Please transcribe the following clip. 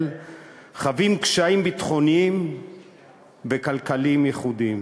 חווים קשיים ביטחוניים וכלכליים ייחודיים,